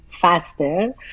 faster